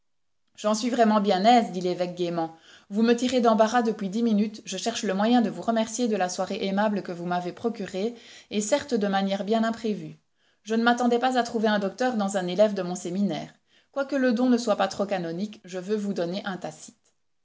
j'en suis vraiment bien aise dit l'évêque gaiement vous me tirez d'embarras depuis dix minutes je cherche le moyen de vous remercier de la soirée aimable que vous m'avez procurée et certes de manière bien imprévue je ne m'attendais pas à trouver un docteur dans un élève de mon séminaire quoique le don ne soit pas trop canonique je veux vous donner un tacite